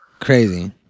Crazy